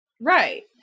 Right